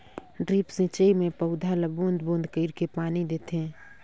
drip सिंचई मे पउधा ल बूंद बूंद कईर के पानी देथे